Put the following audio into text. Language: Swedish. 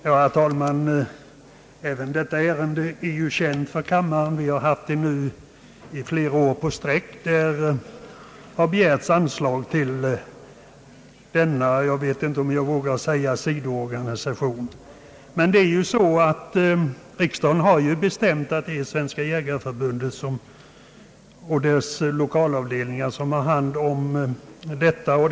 Herr talman! Även detta ärende är ju tidigare känt för kammaren. Under flera år i rad har ju anslag begärts till denna >»sidoorganisation« — om jag vågar använda det uttrycket. Men det är ju så att riksdagen har bestämt att Svenska jägareförbundet och dess 1okalavdelningar skall ha hand om jaktvården.